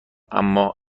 اما